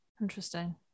Interesting